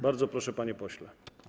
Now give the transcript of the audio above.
Bardzo proszę, panie pośle.